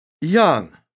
young